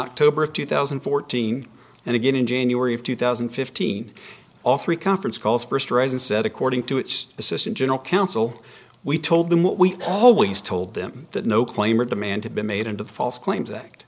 october of two thousand and fourteen and again in january of two thousand and fifteen all three conference calls for streisand said according to its assistant general counsel we told them what we always told them that no claim or demand to be made into false claims act